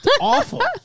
awful